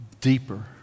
deeper